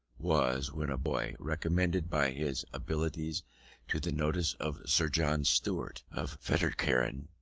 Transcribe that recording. was, when a boy, recommended by his abilities to the notice of sir john stuart, of fettercairn,